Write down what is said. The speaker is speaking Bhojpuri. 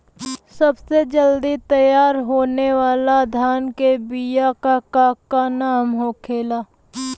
सबसे जल्दी तैयार होने वाला धान के बिया का का नाम होखेला?